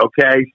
Okay